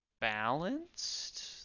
balanced